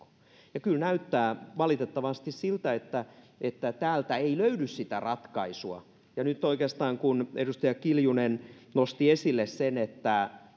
sak kyllä näyttää valitettavasti siltä että täältä ei myöskään ekn ja akavan osalta ei löydy sitä ratkaisua ja nyt oikeastaan kun edustaja kiljunen nosti esille sen että